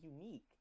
unique